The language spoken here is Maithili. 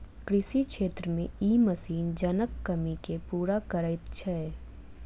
कृषि क्षेत्र मे ई मशीन जनक कमी के पूरा करैत छै